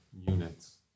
units